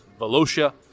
Velocia